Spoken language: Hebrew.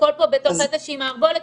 הכול פה בתוך איזה שהיא מערבולת.